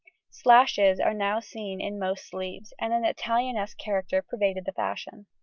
slashes are now seen in most sleeves, and an italianesque character pervaded the fashion.